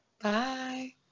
Bye